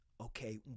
Okay